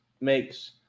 makes